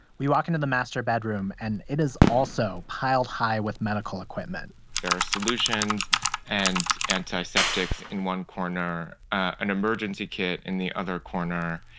we walk into the master bedroom, and it is also piled high with medical equipment there are solutions and antiseptics in one corner, an emergency kit in the other corner,